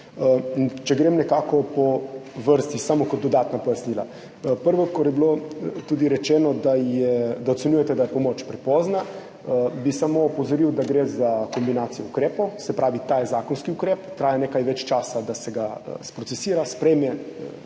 Če grem nekako po vrsti, samo kot dodatna pojasnila. Prvo, kar je bilo tudi rečeno, da ocenjujete, da je pomoč prepozna. Bi samo opozoril, da gre za kombinacijo ukrepov, se pravi, ta je zakonski ukrep, traja nekaj več časa, da se ga sprocesira, sprejme,